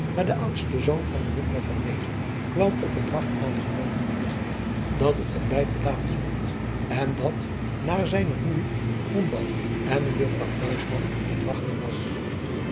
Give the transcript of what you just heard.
maar de oudste zoon van ejuffrouw kwam op een draf aange driaan oosjes zn et leven van illegonda uisman loopen berigten dat het ontbijt op tafel stond en dat naar zijne moeije en ejuffrouw het wachten was